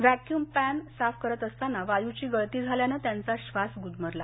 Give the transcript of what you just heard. vacuum pan साफ करत असताना वायूची गळती झाल्यानं त्यांचा श्वास गुदमरला